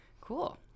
cool